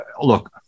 look